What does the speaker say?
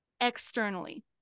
externally